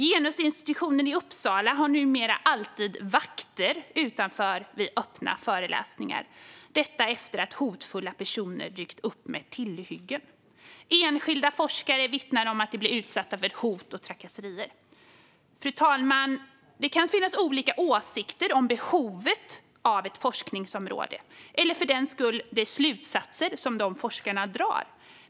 Genusinstitutionen i Uppsala har vid öppna föreläsningar numera alltid vakter utanför, detta efter att hotfulla personer dykt upp med tillhyggen. Enskilda forskare vittnar om att de blir utsatta för hot och trakasserier. Fru talman! Det kan finnas olika åsikter om behovet av ett forskningsområde eller för den skull om de slutsatser som dessa forskare drar.